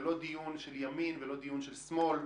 זה לא דיון של ימין ולא דיון של שמאול.